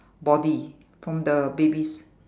body from the baby's